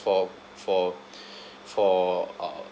for for for uh